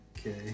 Okay